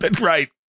Right